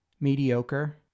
mediocre